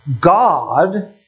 God